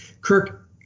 Kirk –